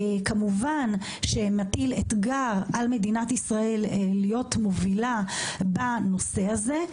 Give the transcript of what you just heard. כמובן שזה מטיל אתגר על מדינת ישראל להיות מובילה בנושא הזה.